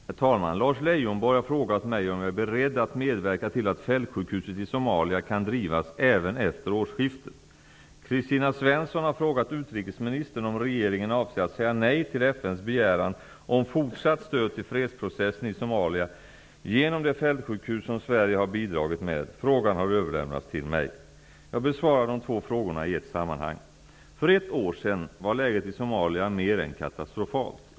Herr talman! Lars Leijonborg har frågat mig om jag är beredd att medverka till att fältsjukhuset i Somalia kan drivas även efter årsskiftet. Kristina Svensson har frågat utrikesministern om regeringen avser att säga nej till FN:s begäran om fortsatt stöd till fredsprocessen i Somalia genom det fältsjukhus som Sverige har bidragit med. Frågan har överlämnats till mig. Jag besvarar de två frågorna i ett sammanhang. För ett år sedan var läget i Somalia mer än katastrofalt.